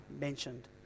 mentioned